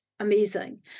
Amazing